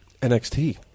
NXT